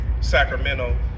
Sacramento